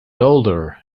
older